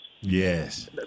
Yes